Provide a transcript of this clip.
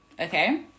okay